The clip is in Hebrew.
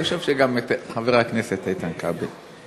אני חושב שגם את חבר הכנסת איתן כבל.